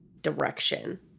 direction